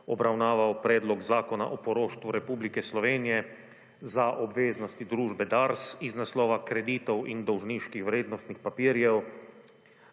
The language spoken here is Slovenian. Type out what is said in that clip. obravnaval Predlog zakona o poroštvu Republike Slovenije za obveznosti družbe DARS, iz naslova kreditov in dolžniških vrednostnih papirjev,